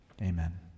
Amen